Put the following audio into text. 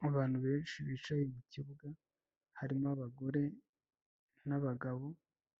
Mu bantu benshi bicaye mu kibuga, harimo abagore n'abagabo,